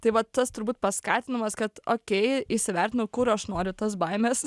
tai vat tas turbūt paskatinimas kad okei įsivertinau kur aš noriu tas baimes